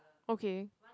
okay